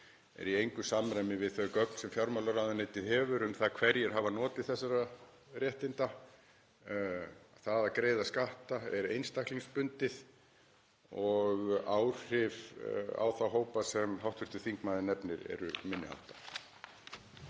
eru í engu samræmi við þau gögn sem fjármálaráðuneytið hefur um það hverjir hafa notið þessara réttinda. Það að greiða skatta er einstaklingsbundið og áhrif á þá hópa sem hv. þingmaður nefnir eru minni háttar.